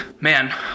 man